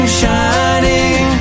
shining